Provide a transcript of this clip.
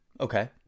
Okay